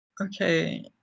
okay